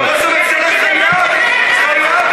אל תחלק לנו ציונים.